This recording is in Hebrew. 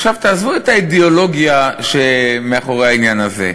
עכשיו תעזבו את האידיאולוגיה מאחורי העניין הזה,